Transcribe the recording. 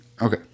Okay